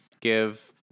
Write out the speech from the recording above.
give